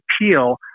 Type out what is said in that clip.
appeal